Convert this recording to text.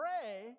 pray